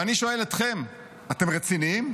ואני שואל אתכם: אתם רציניים?